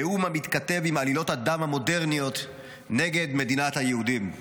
נאום המתכתב עם עלילות הדם המודרניות נגד מדינת היהודים.